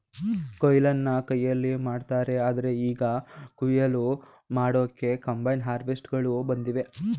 ಕೊಯ್ಲನ್ನ ಕೈಯಲ್ಲಿ ಮಾಡ್ತಾರೆ ಆದ್ರೆ ಈಗ ಕುಯ್ಲು ಮಾಡೋಕೆ ಕಂಬೈನ್ಡ್ ಹಾರ್ವೆಸ್ಟರ್ಗಳು ಬಂದಿವೆ